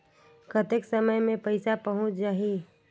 कतेक समय मे पइसा पहुंच जाही?